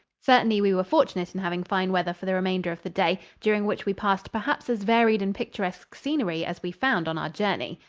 certainly we were fortunate in having fine weather for the remainder of the day, during which we passed perhaps as varied and picturesque scenery as we found on our journey.